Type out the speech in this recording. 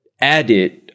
added